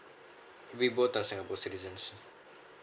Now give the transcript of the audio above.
we both are singapore citizens